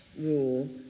rule